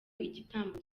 igitambo